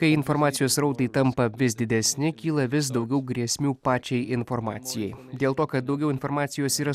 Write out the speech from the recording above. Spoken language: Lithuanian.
kai informacijos srautai tampa vis didesni kyla vis daugiau grėsmių pačiai informacijai dėl to kad daugiau informacijos yra